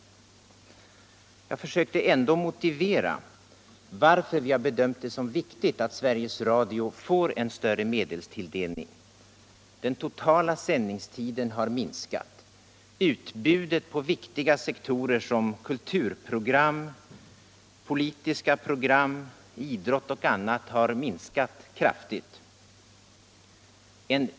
Jag har försökt motivera varför vi bedömt det som viktigt att Sveriges Radio får en större medelstilldelning. Den totala sändningstiden har minskat. Utbudet på viktiga sektorer som kulturprogram, politiska program, idrott och annat har minskat kraftigt.